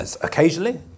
occasionally